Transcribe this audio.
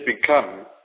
become